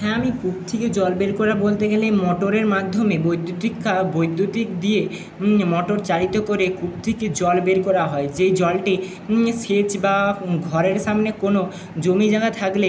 হ্যাঁ আমি কূপ থেকে জল বের করা বলতে গেলে মোটরের মাধ্যমে বৈদ্যুতিক কা বৈদ্যুতিক দিয়ে মোটর চালিত করে কূপ থেকে জল বের করা হয় যেই জলটি সেচ বা ঘরের সামনে কোনো জমি জায়গা থাকলে